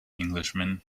englishman